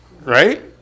right